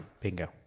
Bingo